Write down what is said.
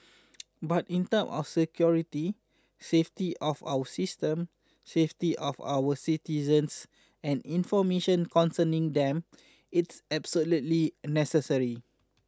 but in terms of security safety of our system safety of our citizens and information concerning them it's absolutely necessary